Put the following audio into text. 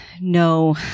no